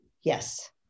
Yes